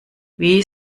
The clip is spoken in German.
wie